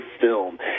film